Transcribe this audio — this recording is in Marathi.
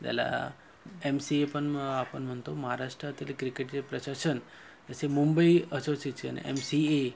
त्याला एम सी ए पण मं आपण म्हणतो महाराष्ट्रातील क्रिकेटचे प्रशासन जसे मुंबई असोसिचन एम सी ए